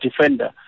defender